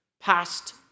past